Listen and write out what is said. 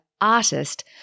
artist